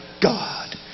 God